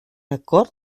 acord